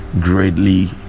greatly